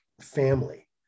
family